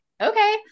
okay